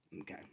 Okay